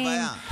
איפה הבעיה?